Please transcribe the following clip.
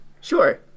Sure